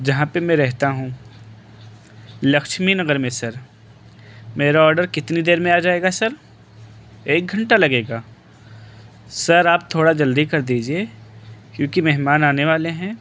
جہاں پہ میں رہتا ہوں لکچھمی نگر میں سر میرا آڈر کتنی دیر میں آ جائے گا سر ایک گھنٹہ لگے گا سر آپ تھوڑا جلدی کر دیجیے کیونکہ مہمان آنے والے ہیں